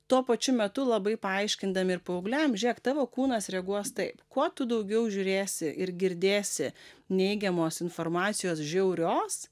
tuo pačiu metu labai paaiškindami ir paaugliam žiūrėk tavo kūnas reaguos taip kuo tu daugiau žiūrėsi ir girdėsi neigiamos informacijos žiaurios